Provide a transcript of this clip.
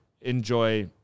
enjoy